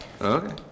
Okay